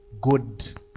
good